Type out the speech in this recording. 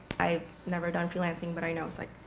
i've never done freelancing, but i know it's, like,